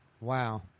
Wow